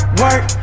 work